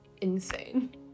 insane